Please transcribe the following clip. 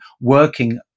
working